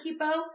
Kipo